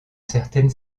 certaine